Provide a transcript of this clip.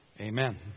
amen